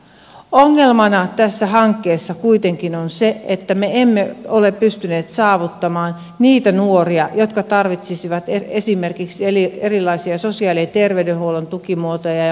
ongelmana tässä hankkeessa kuitenkin on se että me emme ole pystyneet saavuttamaan niitä nuoria jotka tarvitsisivat esimerkiksi erilaisia sosiaali ja terveydenhuollon tukimuotoja ja malleja